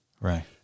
right